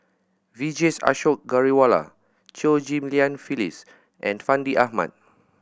Vijesh Ashok Ghariwala Chew Ghim Lian Phyllis and Fandi Ahmad